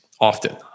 often